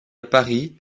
paris